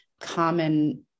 common